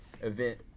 event